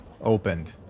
opened